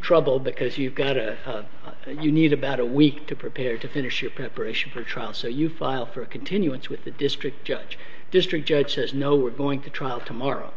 trouble because you've got a you need about a week to prepare to finish it preparation for trial so you file for a continuance with the district judge district judge says no we're going to trial tomorrow